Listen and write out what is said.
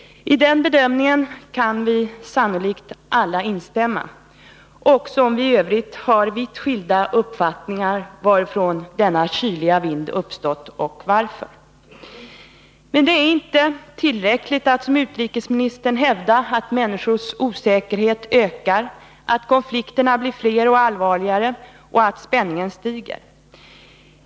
I den bedömningen kan vi sannolikt alla instämma, också om vi i övrigt har vitt skilda uppfattningar om var denna kyliga vind uppstått och varför. Men det är inte tillräckligt att som utrikesministern hävda att människors osäkerhet ökar, att konflikterna blir fler och allvarligare och att spänningen stiger.